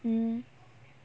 mmhmm